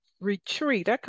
retreat